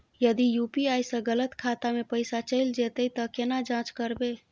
यदि यु.पी.आई स गलत खाता मे पैसा चैल जेतै त केना जाँच करबे?